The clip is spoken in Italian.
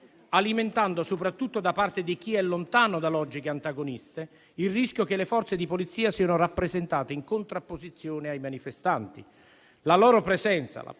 alimentando, soprattutto da parte di chi è lontano da logiche antagoniste, il rischio che le Forze di polizia siano rappresentate in contrapposizione ai manifestanti. La presenza